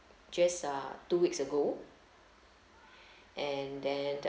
just uh two weeks ago and then